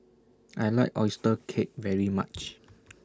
I like Oyster Cake very much